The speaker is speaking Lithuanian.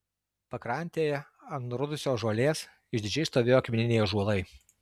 pakrantėje ant nurudusios žolės išdidžiai stovėjo akmeniniai ąžuolai